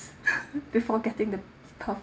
before getting the perf~